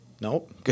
Nope